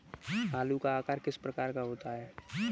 आलू का आकार किस प्रकार का होता है?